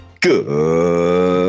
Good